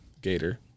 Gator